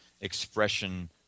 expression